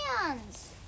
hands